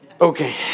okay